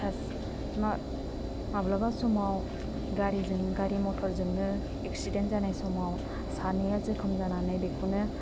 सास मा माब्लाबा समाव गारिजों गारि मथरजोंनो एक्सिदेन्ट जानाय समाव सानैया जखम जानानै बेखौनो